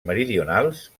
meridionals